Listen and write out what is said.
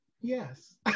yes